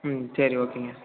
ம் சரி ஓகேங்க